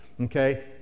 okay